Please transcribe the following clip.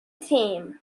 team